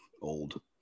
old